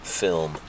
film